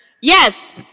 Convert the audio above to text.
Yes